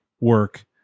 work